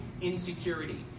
insecurity